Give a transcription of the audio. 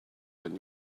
when